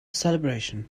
celebration